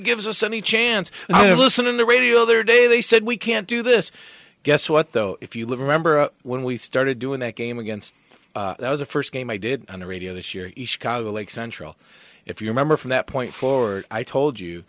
gives us any chance to listen on the radio other day they said we can't do this guess what though if you live remember when we started doing that game against that was the first game i did on the radio this year chicago lake central if you remember from that point forward i told you